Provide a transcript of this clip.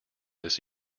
this